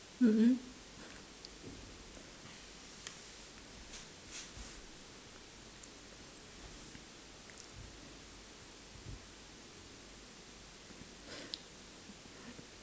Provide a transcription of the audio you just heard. mm mm